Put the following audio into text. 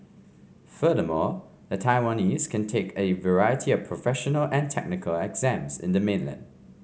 furthermore the Taiwanese can take a variety of professional and technical exams in the mainland